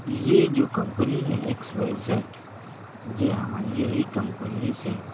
یہ جو کمپنی ہے ایکس وائی زیڈ جی ہاں یہی کمپنی سے